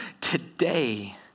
today